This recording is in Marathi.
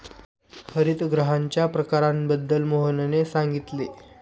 हरितगृहांच्या प्रकारांबद्दल मोहनने सांगितले